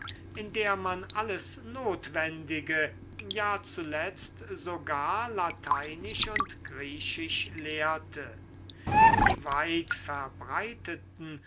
in der man alles notwendige ja zuletzt sogar lateinisch und griechisch lehrte die